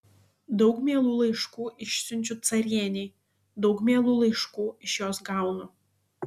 daug mielų laiškų išsiunčiu carienei daug mielų laiškų iš jos gaunu